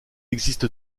existe